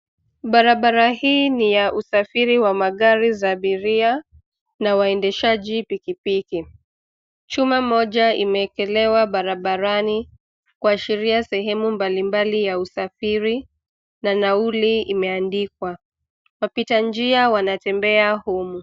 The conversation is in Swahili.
Barabara hii ni ya usafiri wa magari za abiria na waendeshaji pikipiki. Chuma moja imeekelewa barabarani kuashiria sehemu mbalimbali ya usafiri, na nauli imeandikwa. Wapita njia wanatembea.